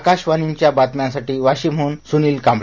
आकाशवाणीच्या बातम्यांसाठी वाशिमहन सुनील कांबळे